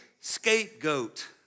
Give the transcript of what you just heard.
scapegoat